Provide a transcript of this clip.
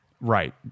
Right